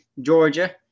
Georgia